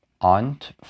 aunt